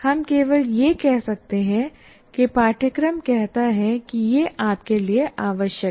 हम केवल यह कह सकते हैं कि पाठ्यक्रम कहता है कि यह आपके लिए आवश्यक है